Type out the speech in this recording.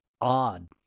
odd